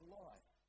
life